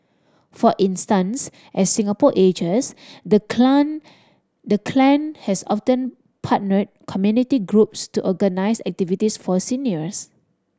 for instance as Singapore ages the the clan has often partnered community groups to organise activities for seniors